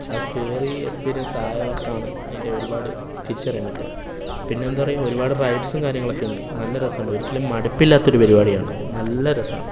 അത് കയറി എക്സ്പീരിയൻസ് ആയവർക്കാണ് അതിൻ്റെ ഒരുപാട് തിരിച്ചറിയാൻ പറ്റുക പിന്നെ എന്താ പറയുക ഒരുപാട് റൈഡ്സും കാര്യങ്ങളും ഒക്കെ ഉണ്ട് നല്ല രസമാണ് ഒരിക്കലും മടുപ്പില്ലാത്ത ഒരു പരിപാടിയാണ് നല്ല രസമാണ്